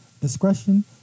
discretion